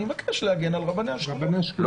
אני מבקש להגן על רבני השכונות.